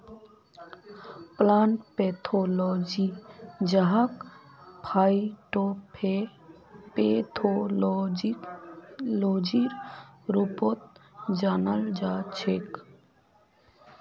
plant pathology जहाक फाइटोपैथोलॉजीर रूपतो जानाल जाछेक